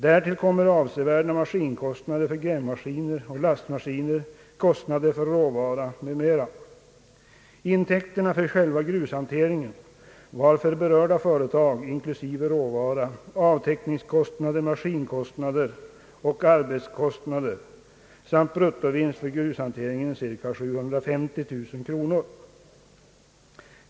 Därtill kommer avsevärda kostnader för grävmaskiner och lastmaskiner, kostnader för råvara m.m. Intäkterna av själva grushanteringen var för berörda företag, inklusive råvara, avtäckningskostnader, maskinkostnader och arbetskostnader samt bruttovinst på grushantieringen cirka 750 000 kronor.